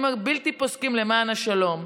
המאמצים הבלתי-פוסקים למען השלום.